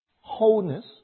wholeness